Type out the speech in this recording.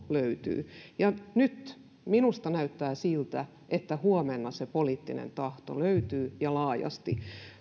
löytyy ja nyt minusta näyttää siltä että huomenna se poliittinen tahto löytyy ja laajasti